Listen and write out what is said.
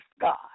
God